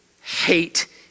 hate